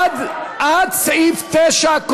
עד סעיף 9,